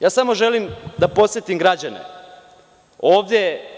Ja samo želim da podsetim građane ovde.